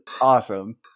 awesome